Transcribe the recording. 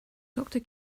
doctor